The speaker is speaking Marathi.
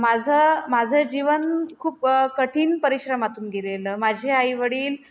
माझं माझं जीवन खूप कठीण परिश्रमातून गेलेलं माझे आईवडील